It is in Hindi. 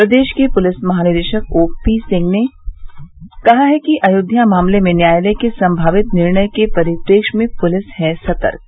प्रदेश के पुलिस महानिदेशक ओ पी सिंह ने कहा है कि अयोध्या मामले में न्यायालय के सम्भावित निर्णय के परिप्रेक्ष में पुलिस है सतर्क